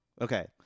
Okay